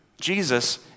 Jesus